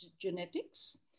genetics